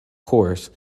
course